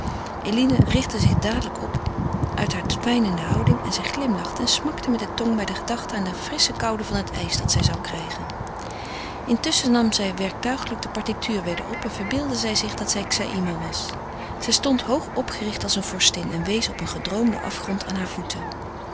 eline richtte zich dadelijk op uit hare kwijnende houding en zij glimlachte en smakte met de tong bij de gedachte aan de frissche koude van het ijs dat zij zou krijgen intusschen nam zij werktuigelijk de partiture weder op en verbeeldde zij zich dat zij xaïma was zij stond hoog opgericht als een vorstin en wees op een gedroomden afgrond aan heur voeten